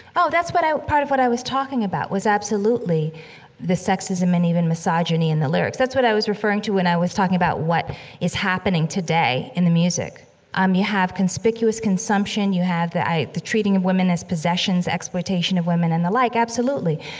oh, that's what i part of what i was talking about was absolutely the sexism and even misogyny in the lyrics. that's what i was referring to when i was talking about what is happening today in the music um, you have conspicuous consumption, you have the i the treating of women as possessions, exploitation of women, and the like, absolutely.